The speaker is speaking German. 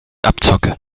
abzocke